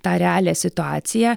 tą realią situaciją